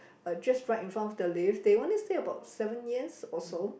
uh just right in front the lift they only stay about seven years or so